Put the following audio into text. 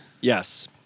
Yes